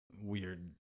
weird